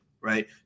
right